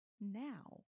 now